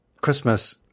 Christmas